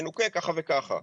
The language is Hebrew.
ינוכה ככה וככה.